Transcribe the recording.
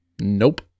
Nope